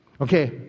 Okay